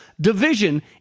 division